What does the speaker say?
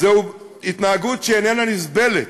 זאת התנהגות שאיננה נסבלת.